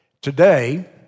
Today